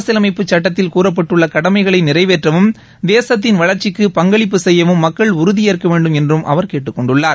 அரசிலமைப்பு சட்டத்தில் கூறப்பட்டுள்ள கடமைகளை நிறைவேற்றவும் தேசத்தின் வளர்ச்சிக்கு பங்களிப்பு செய்யவும் மக்கள் உறுதி ஏற்க வேண்டும் என்றும் அவர் கேட்டுக்கொண்டுள்ளார்